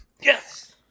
Yes